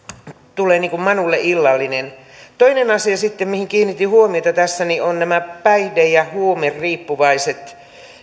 niin kuin manulle illallinen toinen asia sitten mihin kiinnitin huomiota tässä on nämä päihde ja huumeriippuvaiset